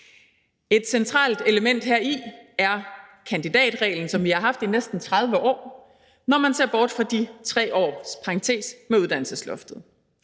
Et centralt element heri er kandidatreglen, som vi har haft i næsten 30 år, når man ser bort fra de 3 års parentes med uddannelsesloftet.